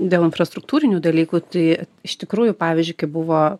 dėl infrastruktūrinių dalykų tai iš tikrųjų pavyzdžiui kai buvo